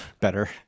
better